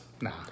nah